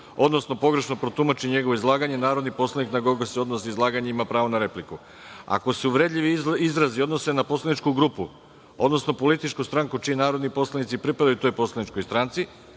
odnosno pogrešno protumači njegovo izlaganje, narodni poslanik na koga se odnosi izlaganje ima pravo na repliku. Ako se uvredljivi izrazi odnose na poslaničku grupu, odnosno političku stranku čiji narodni poslanici pripadaju toj poslaničkoj grupi,